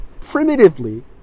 primitively